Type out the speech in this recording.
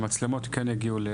שהמצלמות כן יגיעו.